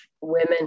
women